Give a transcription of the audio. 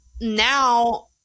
now